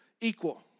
equal